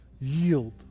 Yield